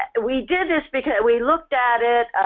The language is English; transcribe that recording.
and we did this because we looked at it,